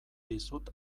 dizut